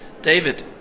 David